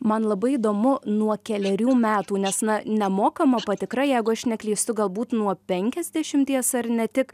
man labai įdomu nuo kelerių metų nes na nemokama patikra jeigu aš neklystu galbūt nuo penkiasdešimties ar ne tik